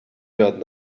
werden